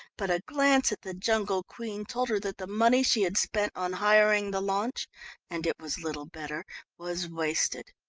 but a glance at the jungle queen told her that the money she had spent on hiring the launch and it was little better was wasted.